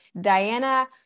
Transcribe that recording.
diana